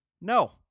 No